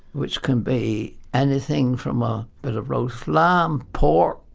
which can be anything from a bit of roast lamb, pork,